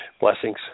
Blessings